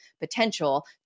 potential